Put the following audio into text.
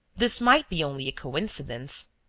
this might be only a coincidence.